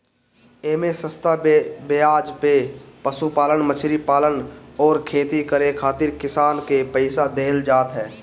एमे सस्ता बेआज पे पशुपालन, मछरी पालन अउरी खेती करे खातिर किसान के पईसा देहल जात ह